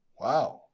wow